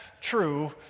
true